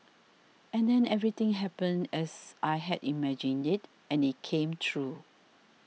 and then everything happened as I had imagined it and it came true